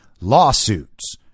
lawsuits